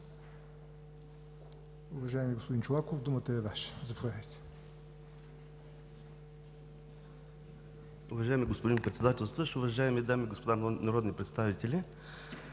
Уважаеми господин Чолаков, думата е Ваша – заповядайте. ГЕОРГИ ЧОЛАКОВ: Уважаеми господин Председателстващ, уважаеми дами и господа народни представители!